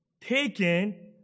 taken